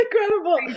incredible